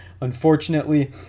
unfortunately